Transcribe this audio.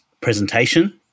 presentation